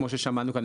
כמו ששמענו כאן,